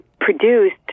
produced